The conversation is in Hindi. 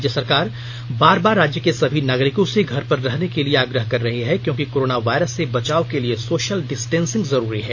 राज्य सरकार बार बार राज्य के सभी नागरिकों से घर पर रहने के लिए आग्रह कर रही है क्योंकि कोरोना वायरस से बचाव के लिए सोशल डिस्टेन्सिंग जरूरी है